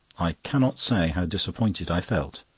i cannot say how disappointed i felt.